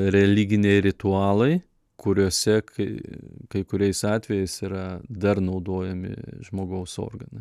religiniai ritualai kuriuose kai kai kuriais atvejais yra dar naudojami žmogaus organai